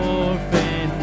orphan